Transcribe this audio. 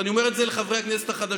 ואני אומר את זה לחברי הכנסת החדשים.